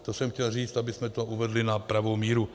To jsem chtěl říct, abychom to uvedli na pravou míru.